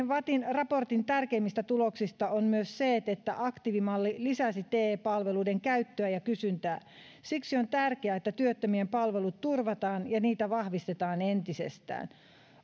vattin raportin tärkeimmistä tuloksista on myös se että että aktiivimalli lisäsi te palveluiden käyttöä ja kysyntää siksi on tärkeää että työttömien palvelut turvataan ja niitä vahvistetaan entisestään